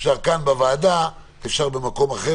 אפשר כאן בוועדה, אפשר במקום אחר.